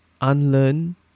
unlearn